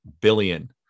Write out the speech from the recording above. billion